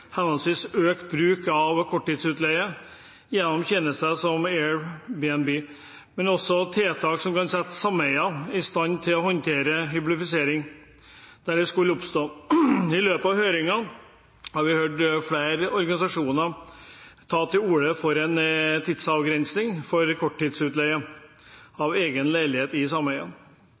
henholdsvis økt bruk av korttidsutleie gjennom tjenester som Airbnb, men også tiltak som kan sette sameier i stand til å håndtere hyblifisering, der det skulle oppstå. I løpet av høringen har vi hørt flere organisasjoner ta til orde for en tidsavgrensning for korttidsutleie av egen leilighet i